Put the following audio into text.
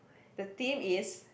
the theme is